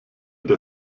der